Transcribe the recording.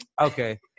Okay